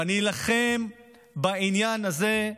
ואני אילחם בעניין הזה,